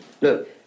Look